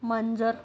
मांजर